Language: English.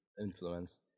influence